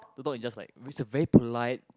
the dog is just like is a very polite